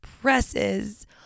presses